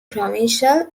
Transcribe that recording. provincial